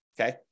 Okay